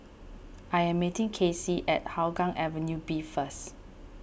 I am meeting Kaycee at Hougang Avenue B first